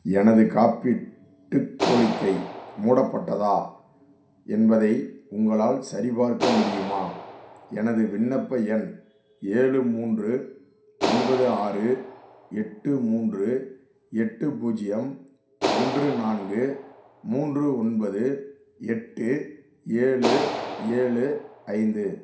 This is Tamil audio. எனது காப்பீட்டுக் கோரிக்கை மூடப்பட்டதா என்பதை உங்களால் சரிபார்க்க முடியுமா எனது விண்ணப்ப எண் ஏழு மூன்று ஒன்பது ஆறு எட்டு மூன்று எட்டு பூஜ்யம் ஒன்று நான்கு மூன்று ஒன்பது எட்டு ஏழு ஏழு ஐந்து